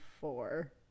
four